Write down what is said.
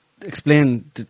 explain